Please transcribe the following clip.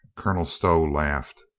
colonel stow laughed.